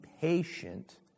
patient